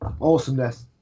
Awesomeness